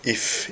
if